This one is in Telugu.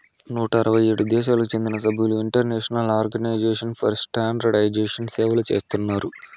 నూట అరవై ఏడు దేశాలకు చెందిన సభ్యులు ఇంటర్నేషనల్ ఆర్గనైజేషన్ ఫర్ స్టాండర్డయిజేషన్ని సేవలు చేస్తున్నారు